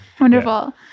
wonderful